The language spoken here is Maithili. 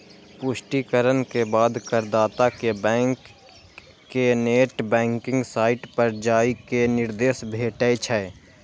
पुष्टिकरण के बाद करदाता कें बैंक के नेट बैंकिंग साइट पर जाइ के निर्देश भेटै छै